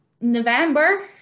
November